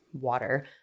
water